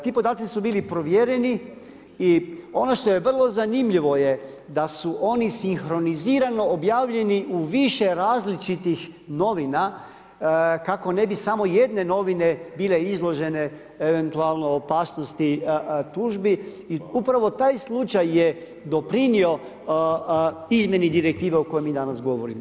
Ti podaci su bili provjereni i ono što je vrlo zanimljivo je da su oni sinhronizirano objavljeni u više različitih novina, kako ne bi samo jedne novine bile izložene eventualno opasnosti tužbi i upravo taj slučaj je doprinio izmjeni Direktive o kojoj mi danas govorimo.